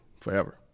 forever